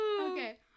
Okay